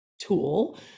tool